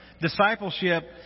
Discipleship